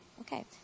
Okay